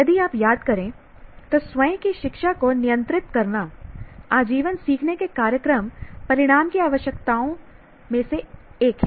यदि आप याद करें तो स्वयं की शिक्षा को नियंत्रित करना आजीवन सीखने के कार्यक्रम परिणाम की आवश्यकताओं में से एक है